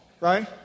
right